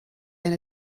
eine